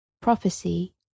prophecy